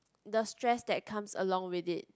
the stress that comes along with it